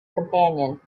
companion